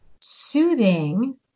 soothing